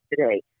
today